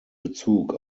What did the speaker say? bezug